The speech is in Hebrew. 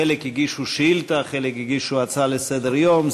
חלק הגישו שאילתה, חלק הגישו הצעה לסדר-היום.